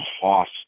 cost